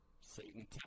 Satan